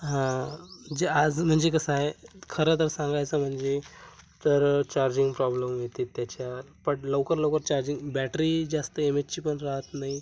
हां जे आज म्हणजे कसं आहे खरं तर सांगायचं म्हणजे तर चार्जिंग प्रॉब्लेम येतं आहे त्याच्यात पण लवकर लवकर चार्जिंग बॅटरी जास्त एम एचची पण राहत नाही